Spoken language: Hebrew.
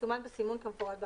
ומסומן בסימון כמפורט באמנה.